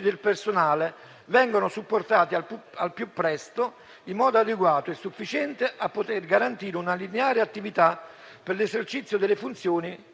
dei nostri uffici venga supportato al più presto in modo adeguato e sufficiente a garantire una lineare attività per l'esercizio delle funzioni che